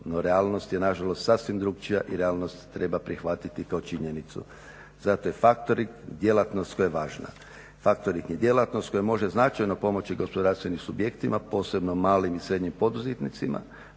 No realnost je nažalost sasvim drukčija i realnost treba prihvatiti kao činjenicu. Zato je factoring djelatnost koja je važna. Factoring je djelatnost koja može značajno pomoći gospodarstvenim subjektima posebno malim i srednjim poduzetnicima.